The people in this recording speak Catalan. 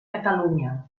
catalunya